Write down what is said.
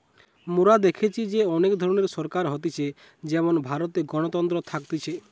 মোরা দেখেছি যে অনেক ধরণের সরকার হতিছে যেমন ভারতে গণতন্ত্র থাকতিছে